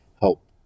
help